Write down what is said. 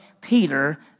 Peter